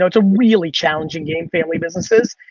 it's a really challenging game, family businesses.